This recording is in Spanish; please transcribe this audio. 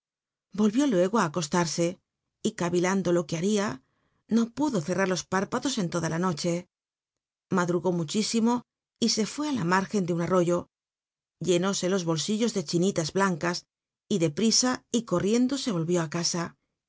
i luego it acostarse c ll ilando lo quc hal'ia no pudo cerrar los púrpatlos en luda la noche ladrugrí muchísimo y se rué it la mitrgcn tic un alto o lltnúsc los bolsillos de chinilas blanca y tic pri a y corriendo se volvió á ca